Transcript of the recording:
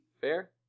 Fair